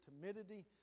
timidity